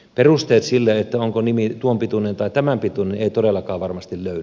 perusteita sille onko nimi tuon pituinen tai tämän pituinen ei todellakaan varmasti löydy